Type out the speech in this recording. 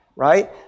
right